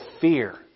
fear